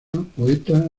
poeta